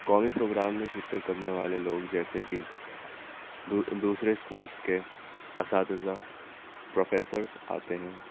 قومی پروگرام میں شرکت کرنے والے لوگ جیسے کہ دوسرے اسکولس کے اساتذہ پروفیسرس آتے ہیں